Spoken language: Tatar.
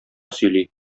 сөйли